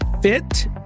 Fit